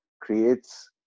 creates